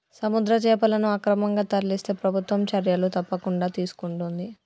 సముద్ర చేపలను అక్రమంగా తరలిస్తే ప్రభుత్వం చర్యలు తప్పకుండా తీసుకొంటది